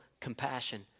compassion